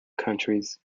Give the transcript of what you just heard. countries